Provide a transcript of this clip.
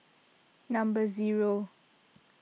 number zero